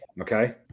Okay